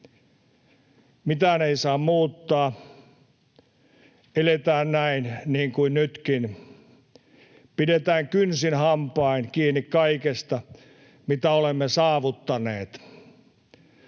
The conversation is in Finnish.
mitään ei saa muuttaa. Eletään näin niin kuin nytkin. Pidetään kynsin hampain kiinni kaikesta, mitä olemme saavuttaneet,